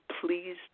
please